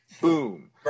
Boom